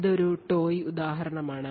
ഇത് ഒരു toy ഉദാഹരണമാണ്